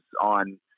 on